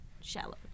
shallow